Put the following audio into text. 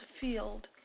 field